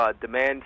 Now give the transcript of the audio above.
demand